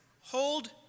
hold